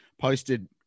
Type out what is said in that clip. posted